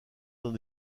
dans